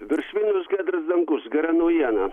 virš vilniaus giedras dangus gera naujiena